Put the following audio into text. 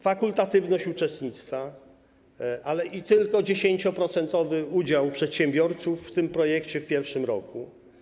Fakultatywność uczestnictwa i tylko 10-procentowy udział przedsiębiorców w tym projekcie w pierwszym roku.